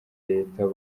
leta